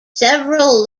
several